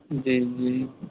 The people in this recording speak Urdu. جی جی